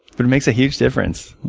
but it makes a huge difference.